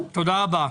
תודה רבה.